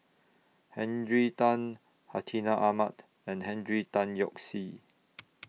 Henry Tan Hartinah Ahmad and Henry Tan Yoke See